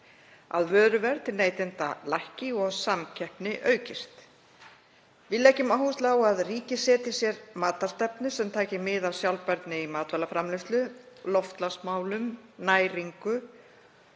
að vöruverð til neytenda lækki og samkeppni aukist. Við leggjum áherslu á að ríkið setji sér matvælastefnu sem taki mið af sjálfbærni í matvælaframleiðslu, loftslagsmálum, næringu,